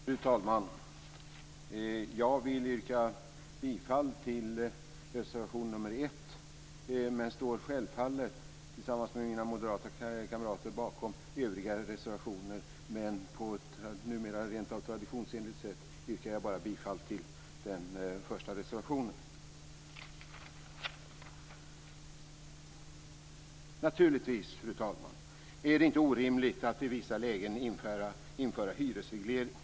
Fru talman! Jag vill yrka bifall till reservation nr 1, men står självfallet tillsammans med mina moderata kamrater bakom övriga reservationer. På ett numera rentav traditionsenligt sätt yrkar jag bifall bara till den första reservationen. Naturligtvis, fru talman, är det inte orimligt att i vissa lägen införa hyresreglering.